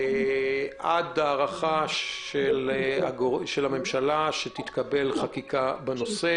עד שתתקבל חקיקה בנושא.